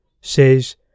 says